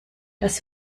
dass